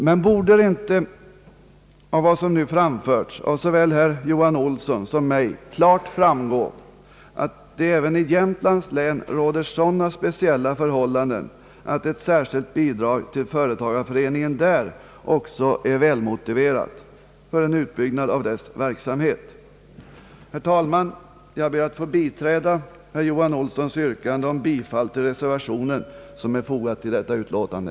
Men borde det inte av vad som nu framförts av såväl herr Johan Olsson som mig klart framgå, att det även i Jämtlands län råder sådana speciella förhållanden att ett särskilt bidrag till företagareföreningen där också är välmotiverat för en utbyggnad av dess verksamhet. Herr talman! Jag ber att få biträda herr Johan Olssons yrkande om bifall till den reservation som är fogad till detta utlåtande.